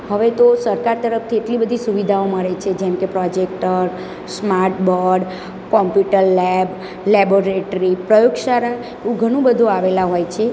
હવે તો સરકાર તરફથી એટલી બધી સુવિધાઓ મળે છે જેમ કે projector smart board computer lab laboratory પ્રયોગશાળા એવું ઘણું બધું આવેલા હોય છે